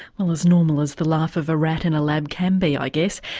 well as normal as the life of the rat in a lab can be, i guess.